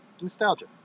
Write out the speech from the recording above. nostalgia